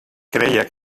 creia